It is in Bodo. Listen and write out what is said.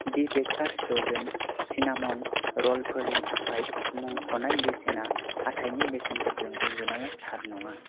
D baker's dozens cinnamon roll फोरनि थाखाय मुंख'नाय बेसेना हाथायनि बेसेनफोरजों रुजुनायाव थार नङा